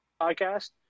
podcast